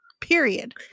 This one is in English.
Period